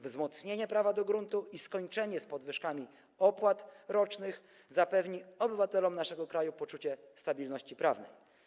Wzmocnienie prawa do gruntu i skończenie z podwyżkami opłat rocznych zapewnią obywatelom naszego kraju poczucie stabilności prawnej.